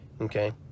Okay